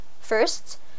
First